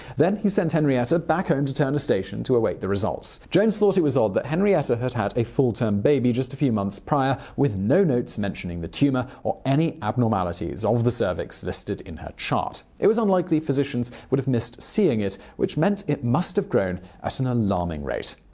then he sent henrietta back home to turner and station to await the results. jones thought it was odd henrietta had had a full-term baby just a few months prior, with no notes mentioning the tumor, or any abnormalities of the cervix listed in her chart. it was unlikely physicians would have missed seeing it, which meant it must have grown at an alarming rate.